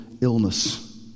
illness